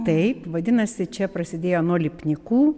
taip vadinasi čia prasidėjo nuo lipnikų